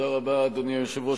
אדוני היושב-ראש,